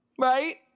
right